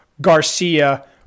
Garcia